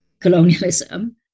colonialism